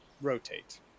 Rotate